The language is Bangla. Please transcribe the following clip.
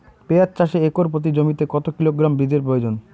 পেঁয়াজ চাষে একর প্রতি জমিতে কত কিলোগ্রাম বীজের প্রয়োজন?